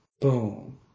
boom